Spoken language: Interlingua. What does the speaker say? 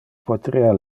poterea